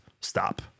stop